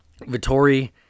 vittori